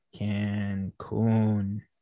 Cancun